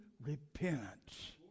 repentance